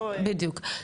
נכון בדיוק,